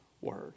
Word